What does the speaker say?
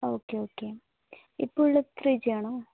okay okay ഇപ്പം ഉള്ളത് three G ആണോ